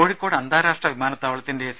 കോഴിക്കോട് അന്താരാഷ്ട്ര വിമാനത്താവളത്തിന്റെ സി